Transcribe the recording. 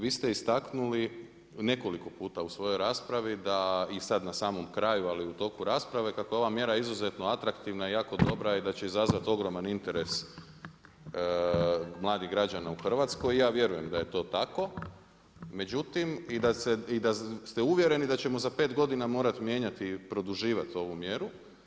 Vi ste istaknuli nekoliko puta u svojoj raspravi da i sada na samom kraju, ali i u toku rasprave kako je ova mjera izuzetno atraktivna i jako dobra i da će izazvati ogroman interes mladih građana u Hrvatskoj i ja vjerujem da je to tako i da ste uvjereni da ćemo za pet godina morati mijenjati produživat ovu mjeru.